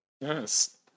Yes